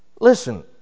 Listen